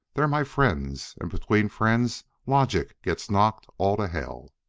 they're my friends, and between friends logic gets knocked all to hell.